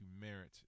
merit